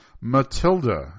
Matilda